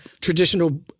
traditional